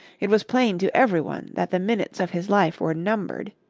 it was plain to every one that the minutes of his life were numbered.